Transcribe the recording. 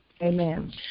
Amen